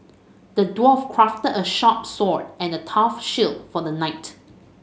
the dwarf crafted a sharp sword and a tough shield for the knight